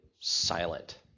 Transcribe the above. silent